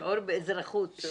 שיעור באזרחות.